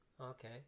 Okay